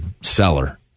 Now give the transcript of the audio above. seller